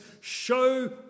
show